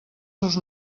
seus